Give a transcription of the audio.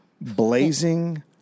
blazing